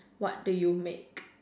what do you make